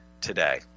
today